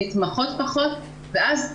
נתמכות פחות ואז השיקול,